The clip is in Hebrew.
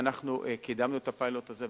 אנחנו קידמנו את הפיילוט הזה,